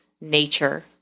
nature